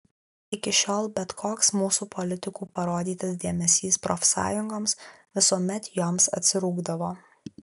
iki šiol bet koks mūsų politikų parodytas dėmesys profsąjungoms visuomet joms atsirūgdavo